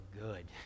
good